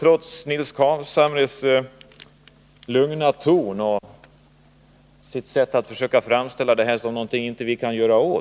Trots Nils Carlshamres lugna ton och hans sätt att försöka framställa det hela som ett problem som riksdagen inte kan göra någonting